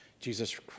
Jesus